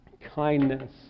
Kindness